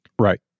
Right